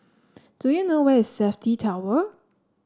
do you know where is Safti Tower